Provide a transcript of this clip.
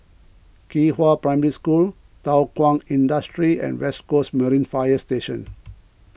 Qihua Primary School Thow Kwang Industry and West Coast Marine Fire Station